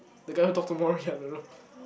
the guy who talk to Morrie I don't know